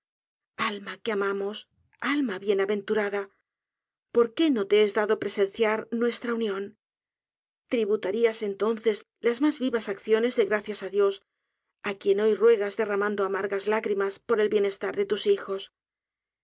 alma que amamos alma bienaventurada por qué no te es dado presenciar nuestra unión tributarías entonces las mas vivas acciones de gracias á dios á quien hoy ruegas derramando amargas lágrimas por el bienestar de tus hijos